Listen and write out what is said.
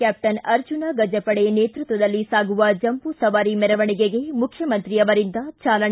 ಕ್ಯಾಪ್ಸನ್ ಅರ್ಜುನ ಗಜಪಡೆ ನೇತೃತ್ವದಲ್ಲಿ ಸಾಗುವ ಜಂಬೂ ಸವಾರಿ ಮೆರವಣಿಗೆಗೆ ಮುಖ್ಣಮಂತ್ರಿ ಅವರಿಂದ ಚಾಲನೆ